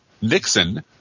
Nixon